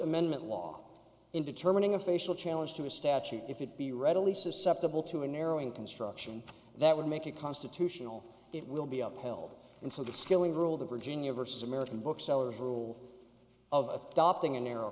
amendment law in determining a facial challenge to a statute if it be readily susceptible to a narrowing construction that would make it constitutional it will be upheld and so the skilling ruled in virginia versus american booksellers rule of its dopping a narrow